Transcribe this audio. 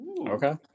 Okay